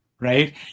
right